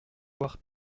voir